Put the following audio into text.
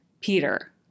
Peter